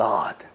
God